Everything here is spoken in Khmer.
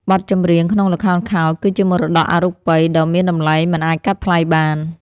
បទចម្រៀងក្នុងល្ខោនខោលគឺជាមរតកអរូបីដ៏មានតម្លៃមិនអាចកាត់ថ្លៃបាន។